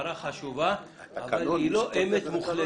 הבהרה חשובה אבל היא לא אמת מוחלטת.